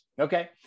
Okay